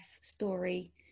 story